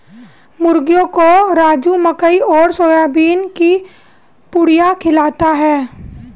मुर्गियों को राजू मकई और सोयाबीन की पुड़िया खिलाता है